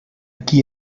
qui